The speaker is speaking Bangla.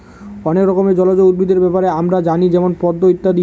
অনেক রকমের জলজ উদ্ভিদের ব্যাপারে আমরা জানি যেমন পদ্ম ইত্যাদি